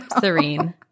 Serene